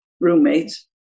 roommates